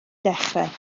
dechrau